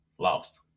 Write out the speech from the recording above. lost